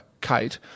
Kate